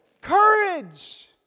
Courage